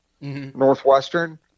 Northwestern